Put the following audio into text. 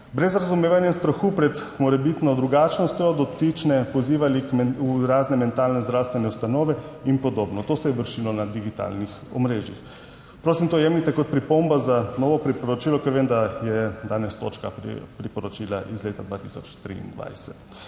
brez razumevanja strahu pred morebitno drugačnostjo dotične pozivali v razne mentalne zdravstvene ustanove in podobno. To se je vršilo na digitalnih omrežjih. Prosim, to jemljite kot pripombo za novo priporočilo, ker vem, da je danes točka priporočila iz leta 2023.